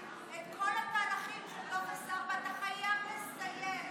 את כל מהלכים של טופס 4 אתה חייב לסיים,